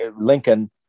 Lincoln